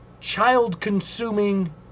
child-consuming